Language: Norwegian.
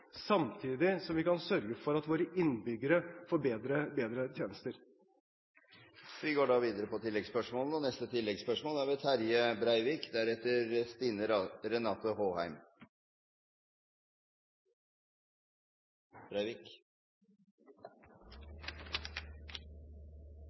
samtidig som vi kan sørge for at våre innbyggere får bedre tjenester.